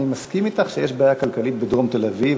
אני מסכים אתך שיש בעיה כלכלית בדרום תל-אביב,